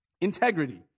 integrity